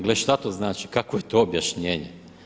Gle šta to znači, kakvo je to objašnjenje?